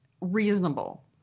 reasonable